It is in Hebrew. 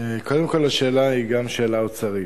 קודם כול, השאלה היא גם שאלה אוצרית.